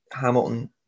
Hamilton